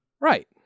Right